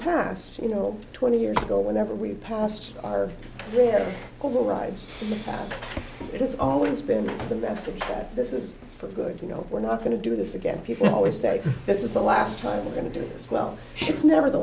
past you know twenty years ago whenever we passed our overrides it's always been the message that this is good you know we're not going to do this again people always say this is the last time we're going to do this well it's never the